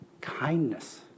kindness